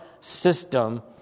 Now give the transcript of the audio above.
system